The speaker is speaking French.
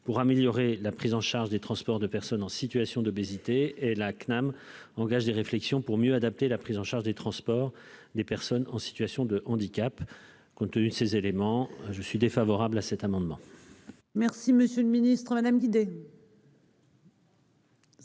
pour améliorer la prise en charge du transport de personnes en situation d'obésité et la Cnam engage des réflexions pour mieux adapter la prise en charge des transports des personnes en situation de handicap. Compte tenu de ces éléments, j'émets un avis défavorable sur cet amendement. La parole est à Mme